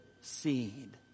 seed